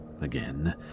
Again